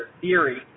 theory